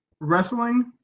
wrestling